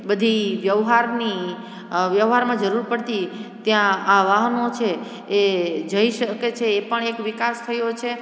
બધી વ્યવહારની વ્યવહારમાં જરૂર પડતી ત્યાં આ વાહનો છે એ જઈ શકે છે એ પણ એક વિકાસ થયો છે